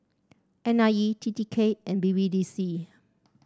N I E T T K and B B D C